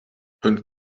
hun